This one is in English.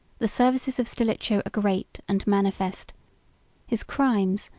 the services of stilicho are great and manifest his crimes,